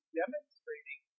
demonstrating